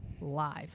live